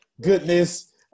goodness